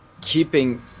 keeping